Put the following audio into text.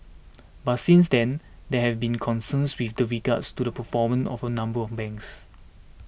but since then there have been concerns with the regards to the performance of a number of banks